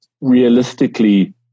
realistically